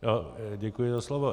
Já děkuji za slovo.